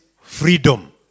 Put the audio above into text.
freedom